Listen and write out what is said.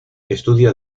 estudia